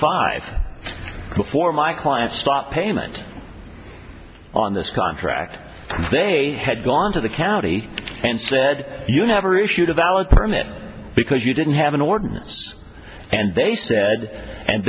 five before my client stopped payment on this contract they had gone to the county and said you never issued a valid permit because you didn't have an ordinance and they said and